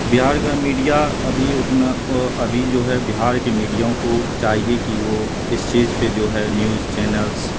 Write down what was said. بہار کا میڈیا ابھی اتنا وہ ابھی جو ہے بہار کی میڈیوں کو چاہیے کہ وہ اس چیز پہ جو ہے نیوز چینلس